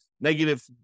negative